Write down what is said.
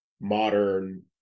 modern